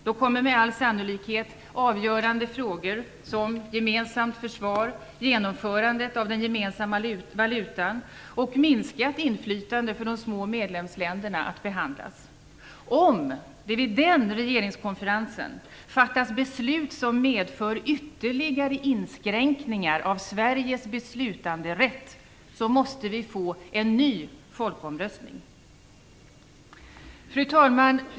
Då kommer med all sannolikhet avgörande frågor som gemensamt försvar, genomförandet av den gemensamma valutan och minskat inflytande för de små medlemsländerna att behandlas. Om det vid den regeringskonferensen fattas beslut som medför ytterligare inskränkningar av Sveriges beslutanderätt måste vi få en ny folkomröstning. Fru talman!